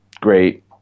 great